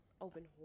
open